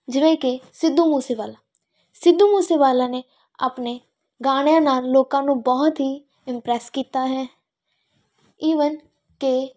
ਜਿਵੇਂ ਕਿ ਸਿੱਧੂ ਮੂਸੇਵਾਲਾ ਸਿੱਧੂ ਮੂਸੇਵਾਲਾ ਨੇ ਆਪਣੇ ਗਾਣਿਆਂ ਨਾਲ ਲੋਕਾਂ ਨੂੰ ਬਹੁਤ ਹੀ ਇੰਮਪ੍ਰੈਸ ਕੀਤਾ ਹੈ ਈਵਨ ਕਿ